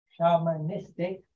shamanistic